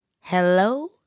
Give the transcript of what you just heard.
hello